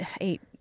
eight